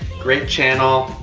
great channel.